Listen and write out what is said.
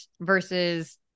versus